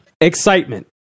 excitement